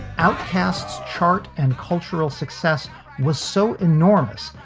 outcasts chart and cultural success was so enormous.